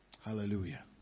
Hallelujah